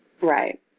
Right